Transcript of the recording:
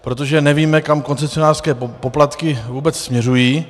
Protože nevíme, kam koncesionářské poplatky vůbec směřují.